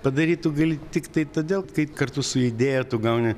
padaryt tu gali tiktai todėl kai kartu su idėja tu gauni